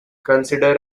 consider